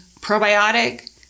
probiotic